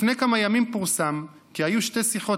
לפני כמה ימים פורסם כי היו שתי שיחות